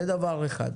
דבר שני.